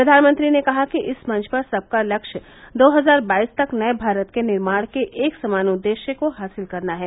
प्रधानमंत्री ने कहा कि इस मंच पर सबका लक्ष्य दो हजार बाईस तक नए भारत के निर्माण के एक समान उद्देश्य को हासिल करना है